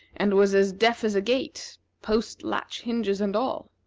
and was as deaf as a gate posts, latch, hinges, and all